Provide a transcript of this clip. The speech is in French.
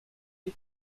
est